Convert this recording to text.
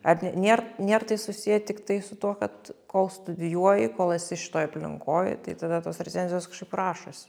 ar ne nėr nėr tai susiję tiktai su tuo kad kol studijuoji kol esi šitoj aplinkoj tai tada tos recenzijos kažkaip rašosi